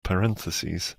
parentheses